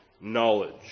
knowledge